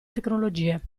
tecnologie